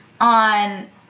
on